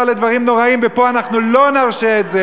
לדברים נוראיים ופה אנחנו לא נרשה את זה.